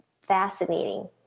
fascinating